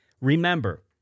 Remember